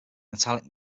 metallic